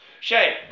Shay